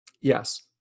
Yes